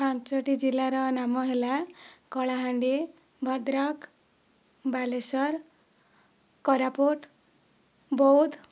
ପାଞ୍ଚଟି ଜିଲ୍ଲାର ନାମ ହେଲା କଳାହାଣ୍ଡି ଭଦ୍ରକ ବାଲେଶ୍ବର କୋରାପୁଟ ବୌଦ୍ଧ